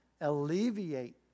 alleviate